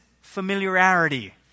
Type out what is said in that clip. familiarity